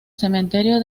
cementerio